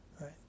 Right